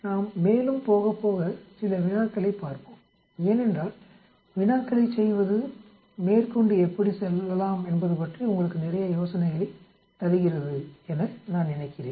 நாம் மேலும் போக போக சில வினாக்களைப் பார்ப்போம் ஏனென்றால் வினாக்களைச் செய்வது மேற்கொண்டு எப்படி செல்லலாம் என்பது பற்றி உங்களுக்கு நிறைய யோசனைகளைத் தருகிறது என நான் நினைக்கிறேன்